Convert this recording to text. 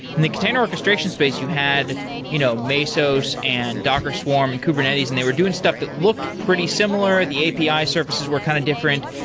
and the container orchestration space, you had you know mesos and docker swarm and kubernetes and they were doing stuff that looked pretty similar. the api surfaces were kind of different.